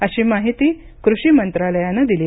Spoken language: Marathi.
अशी माहिती कृषी मंत्रालयानं दिली